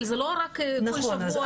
אבל זה לא כל שבוע על --- נכון,